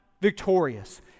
victorious